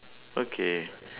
okay